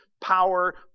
power